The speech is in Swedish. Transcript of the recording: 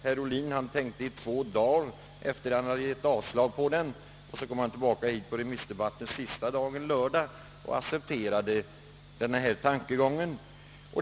Herr Ohlin tänkte i två dagar efter det att han förkastat tanken, och sedan kom han tillbaka på remissdebattens sista dag, en lördag, och sade att han accepterade den.